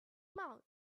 mouth